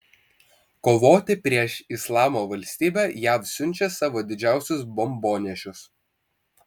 kovoti prieš islamo valstybę jav siunčia savo didžiausius bombonešius